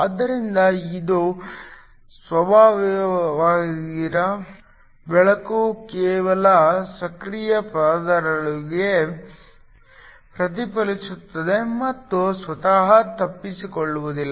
ಆದ್ದರಿಂದ ಇದು ಸಂಭವಿಸಿದಾಗ ಬೆಳಕು ಕೇವಲ ಸಕ್ರಿಯ ಪದರದೊಳಗೆ ಪ್ರತಿಫಲಿಸುತ್ತದೆ ಮತ್ತು ಸ್ವತಃ ತಪ್ಪಿಸಿಕೊಳ್ಳುವುದಿಲ್ಲ